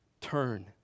turn